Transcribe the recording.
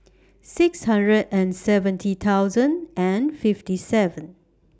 six hundred and seventy thousand and fifty seven